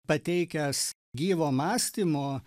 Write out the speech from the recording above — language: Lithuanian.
pateikęs gyvo mąstymo